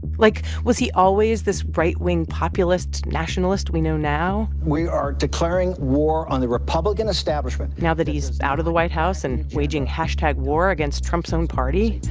like, was he always this right-wing populist nationalist we know now. we are declaring war on the republican establishment. now that he's out of the white house and waging hashtag war against trump's own party?